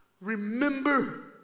remember